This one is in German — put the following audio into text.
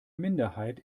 minderheit